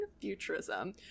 futurism